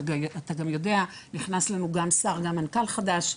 אתה גם יודע, נכנס לנו גם שר, גם מנכ"ל חדש.